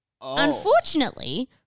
Unfortunately